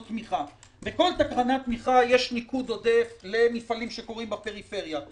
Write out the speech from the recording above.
תמיכה - יש ניקוד עודף למפעלים שקורים בפריפריה.